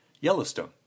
Yellowstone